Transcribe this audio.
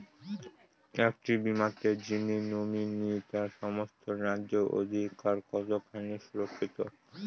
একটি বীমাতে যিনি নমিনি তার সমস্ত ন্যায্য অধিকার কতখানি সুরক্ষিত?